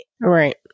Right